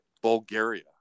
Bulgaria